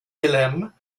wilhelm